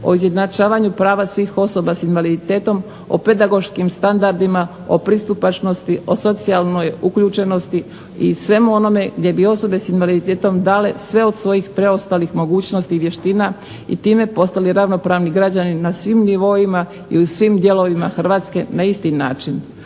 o izjednačavanju prava svih osoba s invaliditetom, o pedagoškim standardima, o pristupačnosti, o socijalnoj uključenosti i svemu onome gdje bi osobe s invaliditetom dale sve od svojih preostalih mogućnosti i vještina i time postali ravnopravni građani na svim nivoima i u svim dijelovima Hrvatske na isti način,